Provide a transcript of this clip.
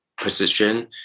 position